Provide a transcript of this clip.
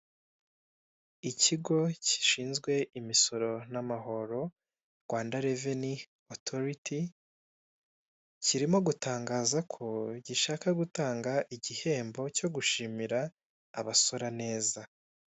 Ikigo gishinzwe imisoro n'amahoro, Rwanda reveni otoriti, kirimo gutangaza ko gishaka gutanga igihembo cyo gushimira abasora neza.